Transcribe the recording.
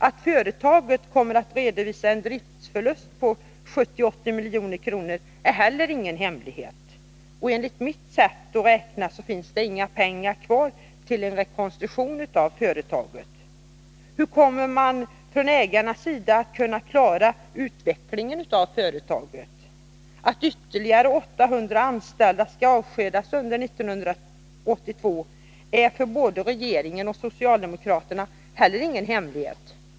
Att företaget kommer att redovisa en driftsförlust på 70-80 milj.kr. är heller ingen hemlighet. Enligt mitt sätt att räkna finns det inga pengar kvar till en rekonstruktion av företaget. Hur kommer man från ägarnas sida att kunna klara utvecklingen av företaget? Att ytterligare 800 anställda skall avskedas under 1982 är heller ingen hemlighet för vare sig regering eller socialdemokrater.